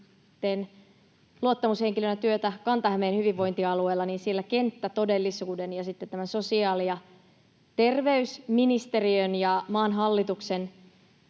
luottamushenkilönä työtä Kanta-Hämeen hyvinvointialueella, niin sen kenttätodellisuuden ja sitten sosiaali- ja terveysministeriön ja maan hallituksen